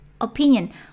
Opinion